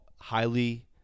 Highly